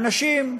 האנשים,